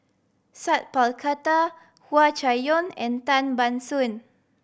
Sat Pal Khattar Hua Chai Yong and Tan Ban Soon